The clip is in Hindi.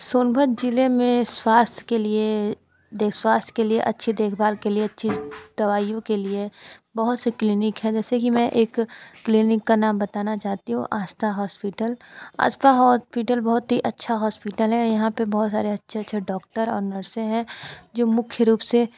सोनभाद्र ज़िले में स्वास्थ्य के लिए दे स्वास्थ्य के लिए अच्छी देखभाल के लिए अच्छी दवाइयों के लिए बहुत से क्लीनिक हैं जैसे कि मैं एक क्लीनिक का नाम बताना चाहती हूँ आस्था हॉस्पिटल आस्था हॉस्पिटल बहुत ही अच्छा हॉस्पिटल है यहाँ पर बहुत सारे अच्छे अच्छे डॉक्टर और नर्सें है जो मुख्य रूप से